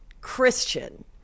christian